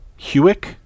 Hewick